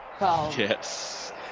Yes